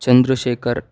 Chandrashekhar